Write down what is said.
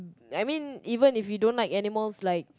I mean even if we don't like animals like